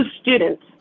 students